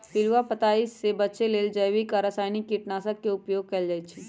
पिलुआ पताइ से बचे लेल जैविक आ रसायनिक कीटनाशक के उपयोग कएल जाइ छै